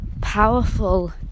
powerful